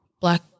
black